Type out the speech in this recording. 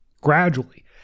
Gradually